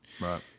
right